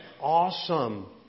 awesome